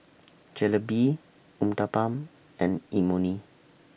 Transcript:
Jalebi Uthapam and Imoni